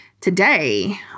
Today